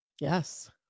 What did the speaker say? Yes